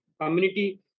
Community